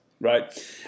right